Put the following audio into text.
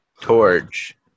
Torch